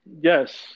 Yes